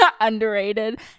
underrated